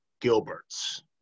Gilberts